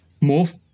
move